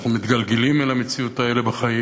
אנחנו מתגלגלים אל המציאות הזאת בחיים,